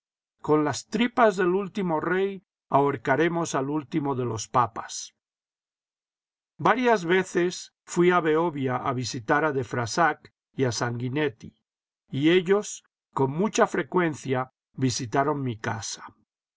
con las tripas del último rey ahorcaremos al último de los papas varias veces fui a behovia a visitar a de frassac y a sanguinetti y ellos con mucha frecuencia visitaron mi casa